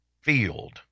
field